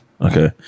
Okay